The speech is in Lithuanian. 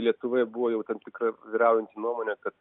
lietuvoje buvo jau ten tikrai vyraujanti nuomonė kad